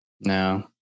no